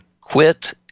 quit